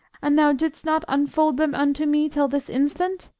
and thou didst not unfold them unto me till this instant?